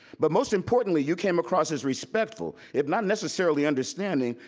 but most importantly, you came across as respectful, if not necessarily understanding,